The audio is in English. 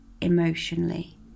emotionally